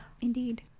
Indeed